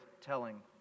telling